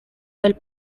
del